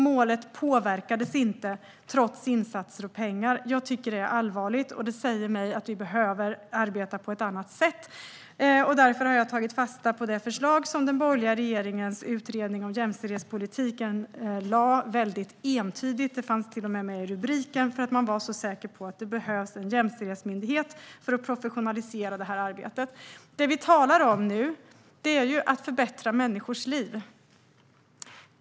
Målet påverkades inte trots insatser och pengar. Jag tycker att det är allvarligt, och det säger mig att vi behöver arbeta på ett annat sätt. Därför har jag tagit fasta på det förslag som den borgerliga regeringens utredning om jämställdhetspolitiken entydigt lade fram. Detta fanns till och med med i rubriken, för man var så säker på att det behövdes en jämställdhetsmyndighet för att professionalisera detta arbete. Det vi talar om nu är att förbättra människors liv.